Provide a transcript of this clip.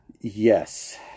Yes